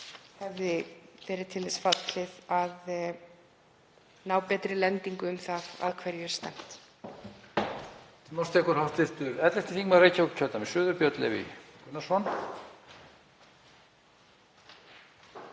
hefði verið til þess fallið að ná betri lendingu um það að hverju væri stefnt.